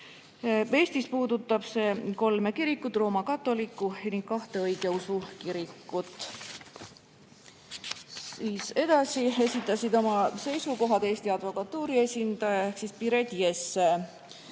Eestis puudutab see kolme kirikut: roomakatoliku ja kahte õigeusu kirikut. Edasi esitas oma seisukohad Eesti Advokatuuri esindaja Piret Jesse,